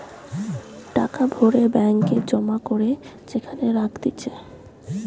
টাকা ভরে ব্যাঙ্ক এ জমা করে যেখানে রাখতিছে